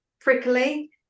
prickly